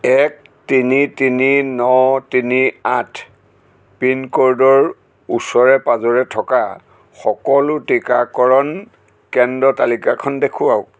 এক তিনি তিনি ন তিনি আঠ পিনক'ডৰ ওচৰে পাঁজৰে থকা সকলো টীকাকৰণ কেন্দ্ৰৰ তালিকাখন দেখুৱাওক